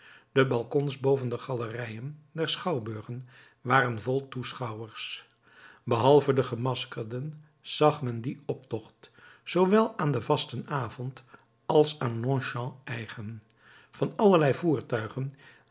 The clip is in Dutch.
de balkons boven de galerijen der schouwburgen waren vol toeschouwers behalve de gemaskerden zag men dien optocht zoowel aan den vastenavond als aan longchamps eigen van allerlei voertuigen